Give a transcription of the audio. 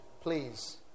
Please